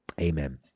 Amen